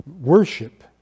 Worship